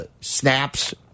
snaps